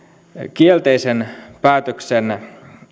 kielteisen päätöksen